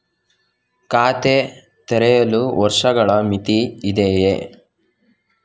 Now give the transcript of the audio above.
ಖಾತೆ ತೆರೆಯಲು ವರ್ಷಗಳ ಮಿತಿ ಇದೆಯೇ?